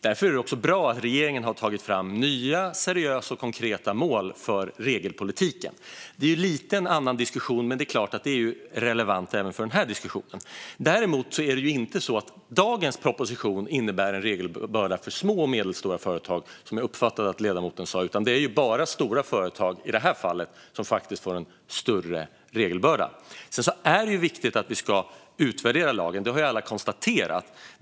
Därför är det bra att regeringen har tagit fram nya, seriösa och konkreta mål för regelpolitiken. Detta är en annan diskussion, men det är relevant även för den här diskussionen. Däremot är det ju inte så att dagens proposition innebär en regelbörda för små och medelstora företag, som jag uppfattade att ledamoten sa, utan i det här fallet är det bara stora företag som faktiskt får en större regelbörda. Det är viktigt att vi utvärderar lagen; det har ju alla konstaterat.